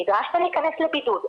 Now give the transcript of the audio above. נדרשת להכנס לבידוד,